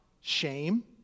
shame